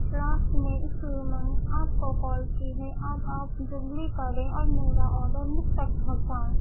last میں اس لیے میں نے آپ کو کال کی ہے اب آپ جلدی کریں اور میرا آڈر مجھ تک پہنچائیں